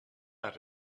out